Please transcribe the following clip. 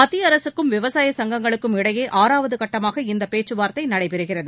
மத்திய அரசுக்கும் விவசாய சங்கங்களுக்கும் இடையே ச்வது கட்டமாக இந்த பேச்சுவார்த்தை நடைபெறுகிறது